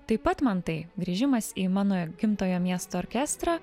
taip pat man tai grįžimas į mano gimtojo miesto orkestrą